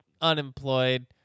unemployed